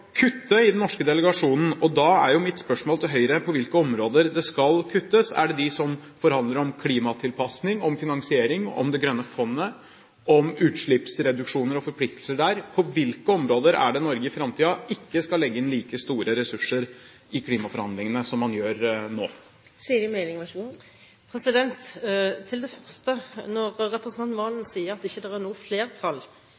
i den norske delegasjonen, og da er mitt spørsmål til Høyre på hvilke områder det skal kuttes. Gjelder det dem som forhandler om klimatilpasning, om finansiering, om det grønne klimafondet, om utslippsreduksjoner og forpliktelser der? På hvilke områder er det Norge i framtiden ikke skal legge inn like store ressurser i klimaforhandlingene som man gjør nå? Til det første: Når representanten Serigstad Valen sier at det